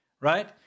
right